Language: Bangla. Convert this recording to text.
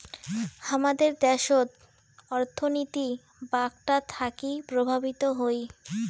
হামাদের দ্যাশোত অর্থনীতি বাঁকটা থাকি প্রভাবিত হই